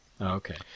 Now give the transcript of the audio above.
Okay